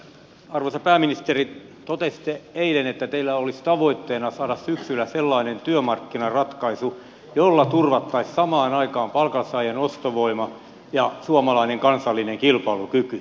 arvoisa pääministeri totesitte eilen että teillä olisi tavoitteena saada syksyllä sellainen työmarkkinaratkaisu jolla turvattaisiin samaan aikaan palkansaajien ostovoima ja suomalainen kansallinen kilpailukyky